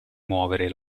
muovere